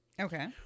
Okay